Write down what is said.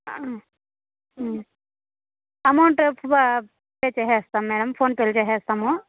amount ఇప్పుడే pay చేసేస్తాం madam ఫోన్పేలో చేసేస్తాం